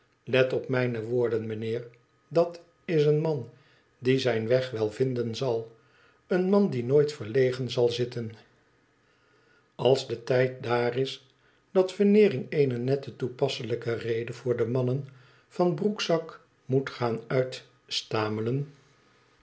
let op mijne woorden meneer dat is een man die zijn weg wel vinden zal een man die nooit verlegen zal zitten als de tijd dddr is dat veneering eene nette toepasselijke rede voor de mannen van broekzak moet gaan uitstamelen